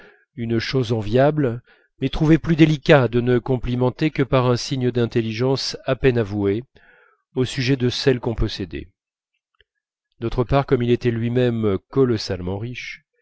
une chose enviable mais trouvait plus délicat de ne complimenter que par un signe d'intelligence à peine avoué au sujet de celle qu'on possédait d'autre part comme il était lui-même colossalement riche